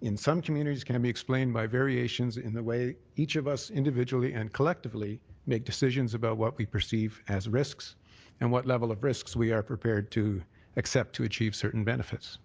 in some communities can be explained by variations in the way each of us individually and collectively make decisions about what we perceive as risks and what level of risks we are prepared to accept to achieve certain benefits.